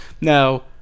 Now